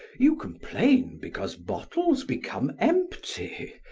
you complain because bottles become empty?